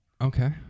okay